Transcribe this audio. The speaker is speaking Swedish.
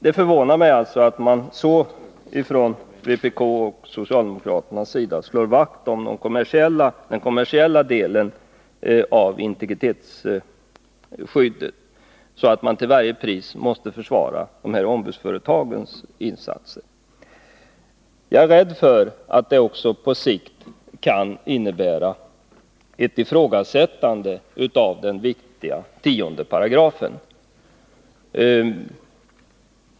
Det förvånar mig att man från vpk:s och socialdemokraternas sida så slår vakt om den kommersiella delen när det gäller integritetsskyddet att man till varje pris måste försvara ombudsföretagens insatser. Jag är rädd att detta på sikt kan innebära ett ifrågasättande av den viktiga 10 §.